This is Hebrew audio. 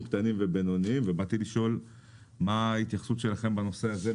קטנים ובינוניים ובאתי לשאול מה ההתייחסות שלכם בנושא הזה,